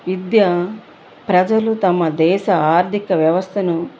విద్య ప్రజలు తమ దేశ ఆర్ధిక వ్యవస్థను